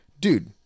Dude